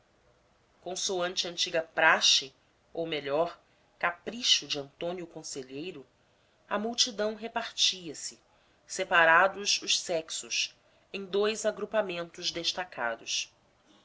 consoante antiga praxe ou melhor capricho de antônio conselheiro a multidão repartia se separados os sexos em dous agrupamentos destacados